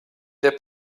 der